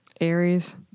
Aries